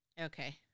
Okay